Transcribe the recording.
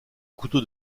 couteau